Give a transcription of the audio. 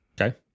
Okay